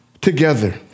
together